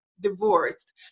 divorced